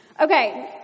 Okay